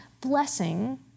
blessing